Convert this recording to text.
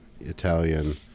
Italian